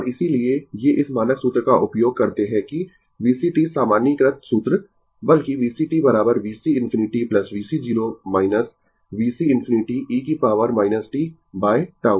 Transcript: और इसीलिए ये इस मानक सूत्र का उपयोग करते है कि VCt सामान्यीकृत सूत्र बल्कि VCt VC ∞ VC 0 VC ∞ e की पॉवर t बाय tau